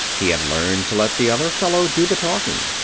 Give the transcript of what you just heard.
he had learned to let the other fellow do the talking.